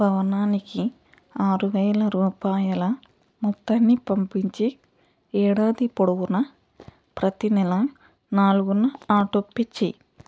భవనానికి ఆరు వేల రూపాయల మొత్తాన్ని పంపించి ఏడాది పొడవునా ప్రతీ నెల నాలుగున ఆటోపే చెయ్యి